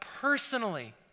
personally